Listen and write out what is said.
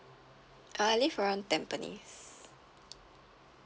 uh I live around tampines